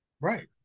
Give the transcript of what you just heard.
Right